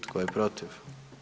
Tko je protiv?